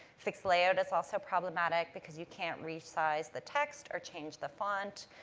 fixed layout is also problematic because you can't resize the text or change the font.